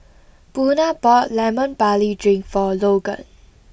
Buna bought Lemon Barley Drink for Logan